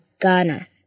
Ghana